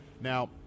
Now